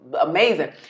amazing